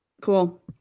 Cool